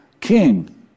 king